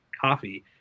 coffee